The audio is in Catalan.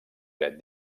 dret